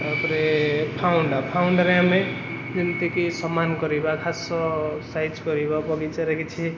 ତା'ପରେ ଫାଉଣ୍ଡା ଫାଉଣ୍ଡାରେ ଆମେ ଯେମିତି କି ସମାନ କରିବା ଘାସ ସାଇଜ୍ କରିବା ବଗିଚାରେ କିଛି